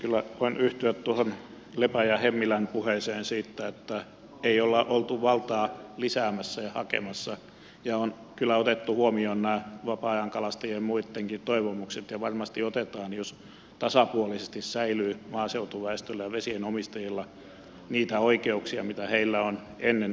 kyllä voin yhtyä tuohon lepän ja hemmilän puheeseen siitä että ei ole oltu valtaa lisäämässä ja hakemassa ja on kyllä otettu huomioon nämä vapaa ajankalastajien ja muittenkin toivomukset ja varmasti otetaan jos tasapuolisesti säilyy maaseutuväestöllä ja vesien omistajilla niitä oikeuksia mitä heillä on ennen ollut